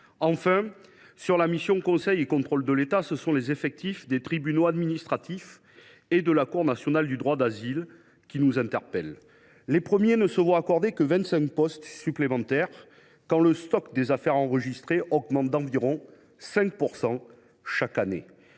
sein de la mission « Conseil et contrôle de l’État », ce sont les effectifs des tribunaux administratifs et de la Cour nationale du droit d’asile (CNDA) qui nous interpellent. Les premiers ne se voient accorder que 25 postes supplémentaires quand le stock des affaires enregistrées augmente d’environ 5 % chaque année.